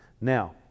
Now